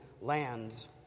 lands